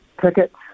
tickets